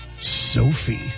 Sophie